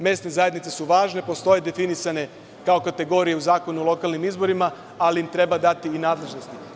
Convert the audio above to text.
Mesne zajednice su važne, postoje definisane kao kategorije u Zakonu o lokalnim izborima, ali im treba dati i nadležnosti.